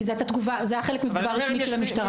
כי זה היה חלק מתגובה רשמית של המשטרה.